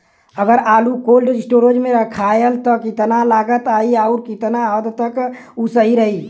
अगर आलू cold storage में रखायल त कितना लागत आई अउर कितना हद तक उ सही रही?